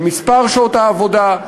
במספר שעות העבודה,